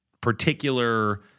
particular